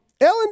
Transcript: Ellen